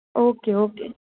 okay okay